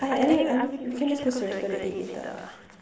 ah anyway we can just go Serangoon and eat later lah